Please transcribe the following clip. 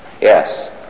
Yes